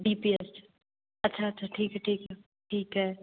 D P S 'ਚ ਅੱਛਾ ਅੱਛਾ ਠੀਕ ਹੈ ਠੀਕ ਹੈ ਠੀਕ ਹੈ